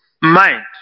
mind